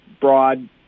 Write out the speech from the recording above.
broad